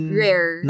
rare